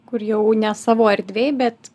kur jau ne savo erdvėj bet